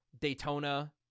Daytona